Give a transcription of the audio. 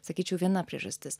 sakyčiau viena priežastis